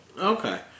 Okay